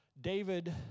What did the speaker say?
David